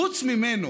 חוץ ממנו